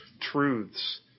truths